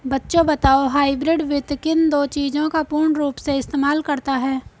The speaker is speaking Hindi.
बच्चों बताओ हाइब्रिड वित्त किन दो चीजों का पूर्ण रूप से इस्तेमाल करता है?